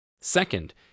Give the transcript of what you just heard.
Second